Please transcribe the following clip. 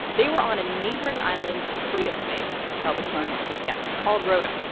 they were on a neighboring island free of snakes probably smart yeah, called rota.